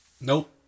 Nope